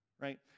right